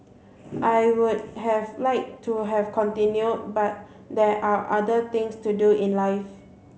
I would have liked to have continued but there are other things to do in life